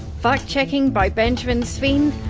fact-checking by benjamin sveen.